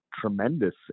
tremendous